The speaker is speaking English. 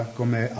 come